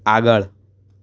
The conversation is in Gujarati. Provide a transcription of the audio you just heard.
આગળ